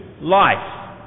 life